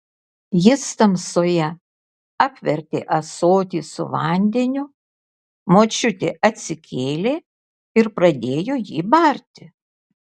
jis tamsoje apvertė ąsotį su vandeniu močiutė atsikėlė ir pradėjo jį barti